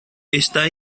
está